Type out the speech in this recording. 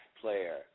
player